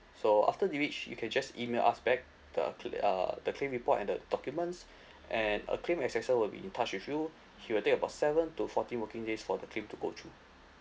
so after finished you can just email us back the cl~ uh the claim report and the documents and a claim assessor will be in touch with you he will take about seven to forty working days for the claim to go through